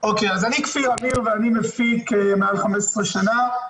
כפיר עמיר, ואני מפיק מעל 15 שנה.